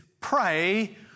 pray